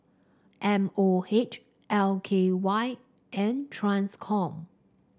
M O H L K Y and Transcom